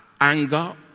anger